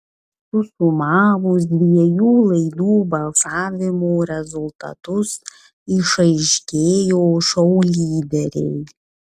susumavus dviejų laidų balsavimo rezultatus išaiškėjo šou lyderiai